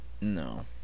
No